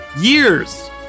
years